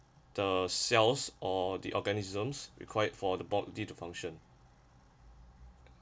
the cells or the organisms required for the body to function